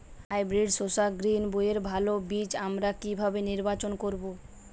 Hybrid শসা গ্রীনবইয়ের ভালো বীজ আমরা কিভাবে নির্বাচন করব?